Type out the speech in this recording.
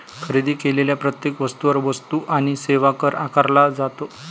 खरेदी केलेल्या प्रत्येक वस्तूवर वस्तू आणि सेवा कर आकारला जातो